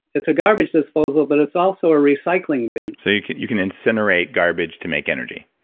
it's a garbage disposal, but it's also a recycling bin so you can you can incinerate garbage to make energy?